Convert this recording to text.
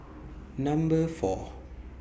Number four